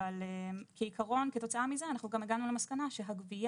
אבל כעיקרון כתוצאה מזה אנחנו גם הגענו למסקנה שהגבייה